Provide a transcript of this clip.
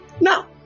Now